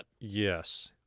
Yes